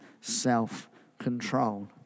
self-control